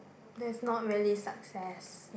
that's not really success